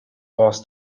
was